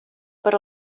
per